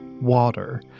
water